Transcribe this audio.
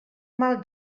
mal